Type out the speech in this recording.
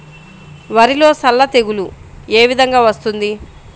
వరిలో సల్ల తెగులు ఏ విధంగా వస్తుంది?